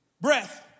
breath